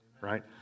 right